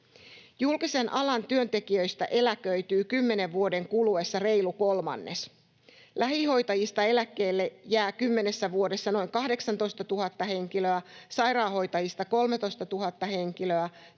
Julkisen alan työntekijöistä eläköityy kymmenen vuoden kuluessa reilu kolmannes. Lähihoitajista eläkkeelle jää kymmenessä vuodessa noin 18 000 henkilöä, sairaanhoitajista 13 000 henkilöä,